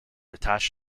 attached